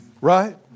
right